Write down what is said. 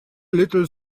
little